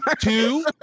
Two